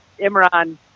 Imran